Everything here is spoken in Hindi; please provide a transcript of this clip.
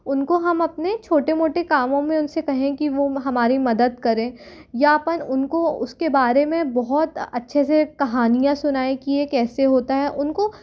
उनको हम अपने छोटे मोटे कामों मे उनसे कहे की वो हमारी मदद करें या अपन उनको उसके बारे में बहुत अच्छे से कहानियाँ सुनाए की ये कैसे होता है उनको